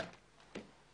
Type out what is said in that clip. בסדר.